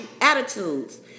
attitudes